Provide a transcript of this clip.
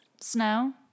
snow